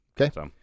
Okay